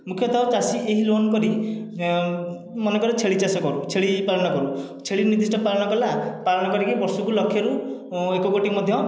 ମୁଖ୍ୟତଃ ଚାଷୀ ଏହି ଲୋନ କରି ମନେକର ଛେଳି ଚାଷ କରୁ ଛେଳି ପାଳନ କରୁ ଛେଳି ନିର୍ଦ୍ଧିଷ୍ଟ ପାଳନ କଲା ପାଳନ କରିକି ବର୍ଷକୁ ଲକ୍ଷରୁ ଏକ କୋଟି ମଧ୍ୟ